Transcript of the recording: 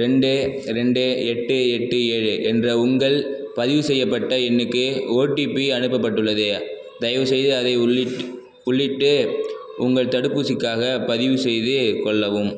ரெண்டு ரெண்டு எட்டு எட்டு ஏழு என்ற உங்கள் பதிவு செய்யப்பட்ட எண்ணுக்கு ஓடிபி அனுப்பப்பட்டுள்ளது தயவுசெய்து அதை உள்ளிட்டு உங்கள் தடுப்பூசிக்காகப் பதிவுசெய்து கொள்ளவும்